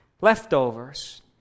Leftovers